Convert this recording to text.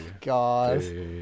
god